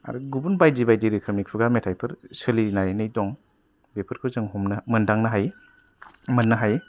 आरो गुबुन बायदि बायदि नि खुगा मेथाइफोर सोलिनानै दं बेफोरखौ जों हमनो मोनदांनो मोननो हायो